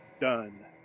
done